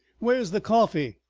where's the coffee?